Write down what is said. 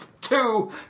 two